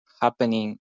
happening